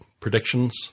predictions